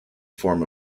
form